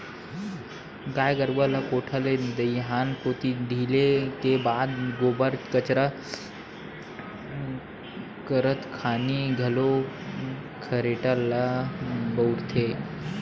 गाय गरुवा ल कोठा ले दईहान कोती ढिले के बाद गोबर कचरा करत खानी घलोक खरेटा ल बउरथे